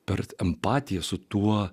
per empatiją su tuo